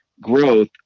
Growth